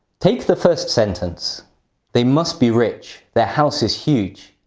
take the first sentence they must be rich. their house is huge!